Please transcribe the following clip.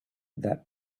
that